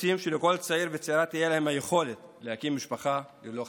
רוצים שלכל צעיר וצעירה תהיה היכולת להקים משפחה ללא חששות,